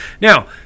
Now